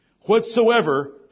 whatsoever